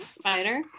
spider